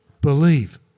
Believe